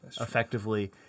effectively